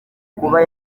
kuba